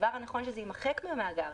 הדבר הנכון הוא שזה יימחק מהמאגר.